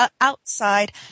outside